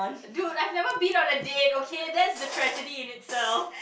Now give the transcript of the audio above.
dude I never been on the date okay that's a tragedy in itself